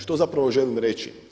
Što zapravo želim reći?